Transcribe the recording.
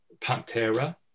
Pantera